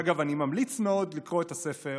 אגב, אני ממליץ מאוד לקרוא את הספר